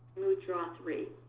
smoothdraw three.